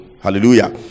hallelujah